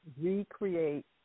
recreate